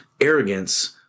Arrogance